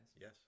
Yes